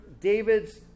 David's